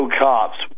cops